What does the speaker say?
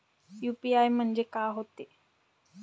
UPI म्हणजे का होते?